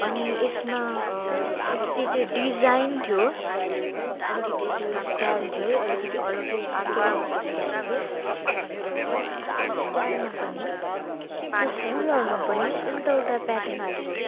अनि यसमा अलिकति चाहिँ डिजाइन थियो अलिकति त्यो स्टाइल थियो है अलिकति अलग्गै अर्कै टाइपको स्टाइल थियो अनि अल अर्कै स्टाइलमा पनि त्यो फुलहरूमा पनि यो उल्टा उल्टा प्याटर्न हालेको